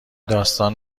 داستان